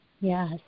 yes